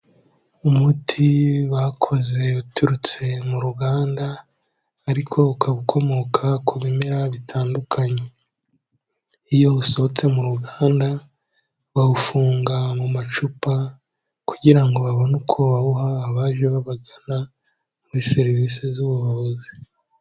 Umuti bakoze uturutse mu ruganda, ariko ukaba ukomoka ku bimera bitandukanye, iyo usohotse mu ruganda bawufunga mu macupa kugira ngo babone uko bawuha abaje babagana muri serivisi z'ubuvuzi.